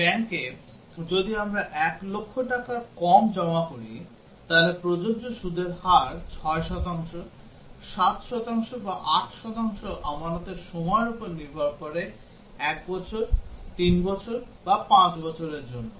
একটি ব্যাংকে যদি আমরা 1 লক্ষ টাকার কম জমা করি তাহলে প্রযোজ্য সুদের হার 6 শতাংশ 7 শতাংশ বা 8 শতাংশ আমানতের সময়ের উপর নির্ভর করে 1 বছর 3 বছর বা 5 বছরের জন্য